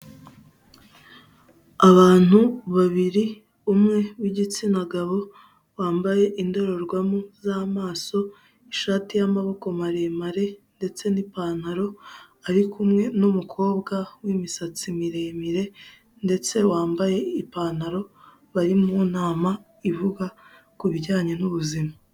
Abantu babiri umwe w'igitsina gabo wambaye indorerwamo z'amaso, ishati y'amaboko maremare ndetse n'ipantaro ari kumwe n'umukobwa w'imisatsi miremire ndetse wambaye ipantaro bari mu nama ivuga kubijyanye n'ubuzima.